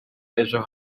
ejo